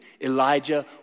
Elijah